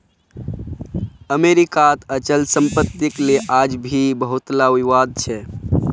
अमरीकात अचल सम्पत्तिक ले आज भी बहुतला विवाद छ